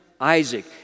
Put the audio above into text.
Isaac